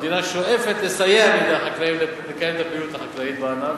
המדינה שואפת לסייע בידי החקלאים לקיים את הפעילות החקלאית בענף.